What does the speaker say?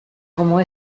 como